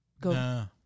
go